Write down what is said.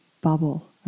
bubble